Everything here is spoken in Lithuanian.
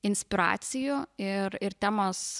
inspiracijų ir ir temos